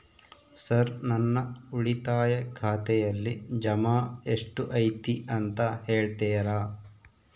Sir ನನ್ನ ಉಳಿತಾಯ ಖಾತೆಯಲ್ಲಿ ಜಮಾ ಎಷ್ಟು ಐತಿ ಅಂತ ಹೇಳ್ತೇರಾ?